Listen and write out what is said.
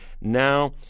Now